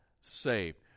saved